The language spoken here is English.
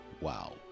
Wow